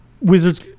Wizards